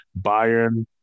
Bayern